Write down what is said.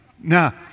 Now